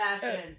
fashion